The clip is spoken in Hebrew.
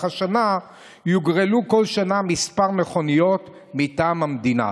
השנה יוגרלו בכל שנה כמה מכוניות מטעם המדינה.